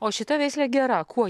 o šita veislė gera kuo ji